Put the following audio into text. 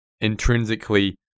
intrinsically